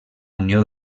unió